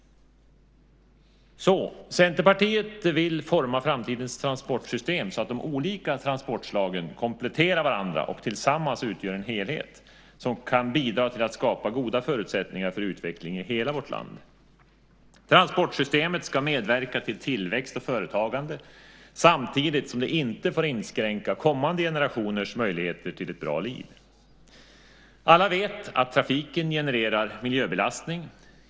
Centerpartiet vill forma framtidens transportsystem så att de olika transportslagen kompletterar varandra och tillsammans utgör en helhet som kan bidra till att skapa goda förutsättningar för utveckling i hela vårt land. Transportsystemet ska medverka till tillväxt och företagande samtidigt som det inte får inskränka kommande generationers möjligheter till ett bra liv. Alla vet att trafiken genererar miljöbelastning.